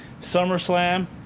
Summerslam